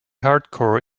hardcore